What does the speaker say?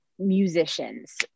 musicians